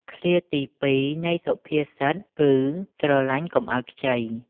ឃ្លាទីពីរនៃសុភាសិតគឺ "ស្រឡាញ់កុំឲ្យខ្ចី"។